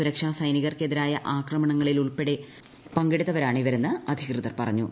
സുരക്ഷാ സൈനികർക്കെതിരായ ആക്രമണങ്ങളിൽ ഉൾപ്പെടെ പങ്കെടുത്തവരാണ് ഇവരെന്ന് അധികൃതർ പറഞ്ഞു